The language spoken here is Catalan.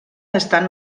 estan